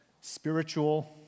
spiritual